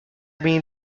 been